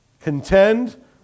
Contend